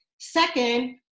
second